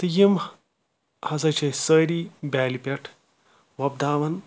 تہٕ یِم ہَسا چھِ أسۍ سٲری بِیَالہِ پؠٹھ وۄپداوان